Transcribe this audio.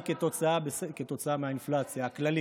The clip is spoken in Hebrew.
העלייה היא כתוצאה מהאינפלציה הכללית,